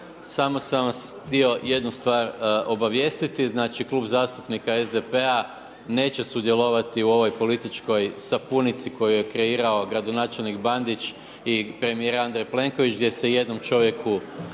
Samo sam vas htio jednu stvar obavijestiti, znači, Klub zastupnika SDP-a neće sudjelovati u ovoj političkoj sapunici koju je kreirao gradonačelnik Bandić i premijer Andrej Plenković, gdje se jednom čovjeku